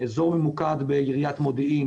אזור ממוקד בעיריית מודיעין,